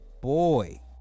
boy